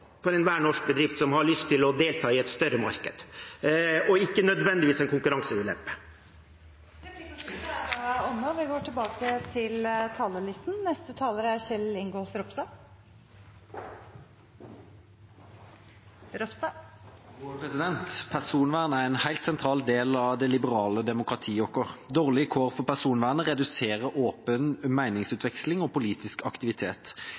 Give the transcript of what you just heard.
for enhver norsk bedrift som har lyst til å delta i et større marked, og ikke nødvendigvis en konkurranseulempe. Replikkordskiftet er omme. Personvern er en helt sentral del av det liberale demokratiet vårt. Dårlige kår for personvernet reduserer åpen meningsutveksling og politisk aktivitet. I tillegg kan samfunnsdeltakelsen svekkes, og det frie og åpne demokratiet